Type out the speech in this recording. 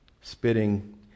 Spitting